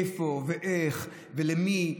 איפה ואיך ולמי,